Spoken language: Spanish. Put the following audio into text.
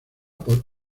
por